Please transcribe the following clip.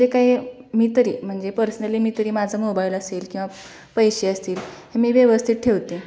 जे काही मी तरी म्हणजे पर्सनली मी तरी माझा मोबाईल असेल किंवा पैसे असतील मी व्यवस्थित ठेवते